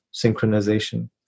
synchronization